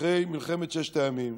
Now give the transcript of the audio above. אחרי מלחמת ששת הימים,